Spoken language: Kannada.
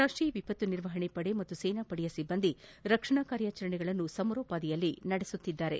ರಾಷ್ಟೀಯ ವಿಪತ್ತು ನಿರ್ವಹಣೆ ಪಡೆ ಮತ್ತು ಸೇನಾ ಪಡೆಯ ಸಿಬ್ಬಂದಿ ರಕ್ಷಣಾ ಕಾರ್ಯಾಚರಣೆಯನ್ನು ಸಮರೋಪಾದಿಯಲ್ಲಿ ನಡೆಸುತ್ತಿದ್ದಾರೆ